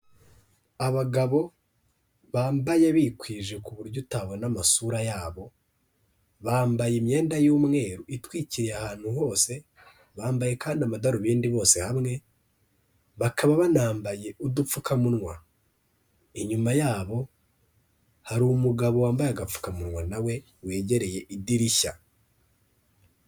Abagabo bambaye bikwije ku buryo utabona amasura yabo, bambaye imyenda y'umweru itwikiriye ahantu hose, bambaye kandi amadarubindi bose hamwe, bakaba banambaye udupfukamunwa, inyuma yabo hari umugabo wambaye agapfukamunwa na we wegereye idirishya.